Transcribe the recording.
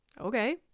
Okay